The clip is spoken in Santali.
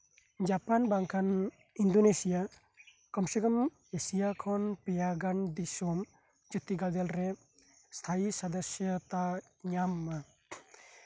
ᱡᱟᱯᱟᱱ ᱵᱟᱝᱠᱷᱟᱱ ᱤᱱᱫᱳᱱᱮᱥᱤᱭᱟ ᱠᱚᱢ ᱥᱮ ᱠᱚᱢ ᱮᱥᱤᱭᱟ ᱠᱷᱚᱱ ᱯᱮᱭᱟ ᱜᱟᱱ ᱫᱤᱥᱚᱢ ᱡᱟᱛᱤ ᱜᱟᱫᱮᱞ ᱨᱮ ᱥᱛᱷᱟᱭᱤ ᱥᱚᱫᱚᱥᱥᱚᱛᱟ ᱧᱟᱢ ᱢᱟ